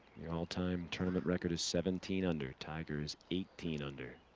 the and all-time tournament record is seventeen under tigers. eighteen under.